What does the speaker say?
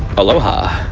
aloha!